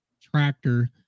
tractor